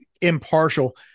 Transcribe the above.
impartial